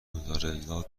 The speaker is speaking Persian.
موزارلا